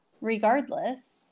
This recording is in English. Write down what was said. regardless